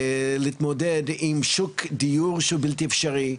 להתמודד עם שוק דיור שהוא בלתי אפשרי,